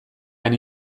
han